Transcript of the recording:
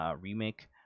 remake